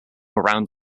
around